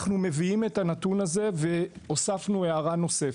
אנחנו מביאים את הנתון הזה, והוספנו הערה נוספת.